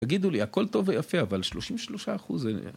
תגידו לי, הכל טוב ויפה, אבל 33% זה...